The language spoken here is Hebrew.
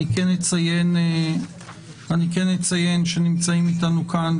אני כן אציין שנמצאים אתנו כאן,